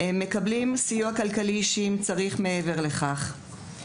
סיוע כלכלי אישי מעבר לסיוע שתואר,